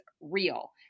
real